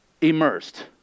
immersed